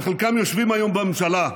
וחלקם יושבים היום בממשלה.